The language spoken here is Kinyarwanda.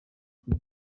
kuri